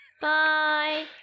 Bye